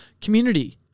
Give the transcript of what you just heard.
community